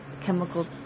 chemical